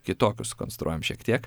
kitokius konstruojam šiek tiek